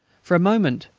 for a moment,